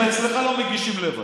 גם אצלך לא מגישים לבד.